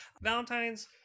Valentine's